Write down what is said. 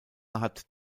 hat